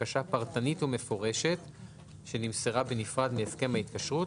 בבקשה פרטנית ומפורשת שנמסרה בנפרד מהסכם ההתקשרות,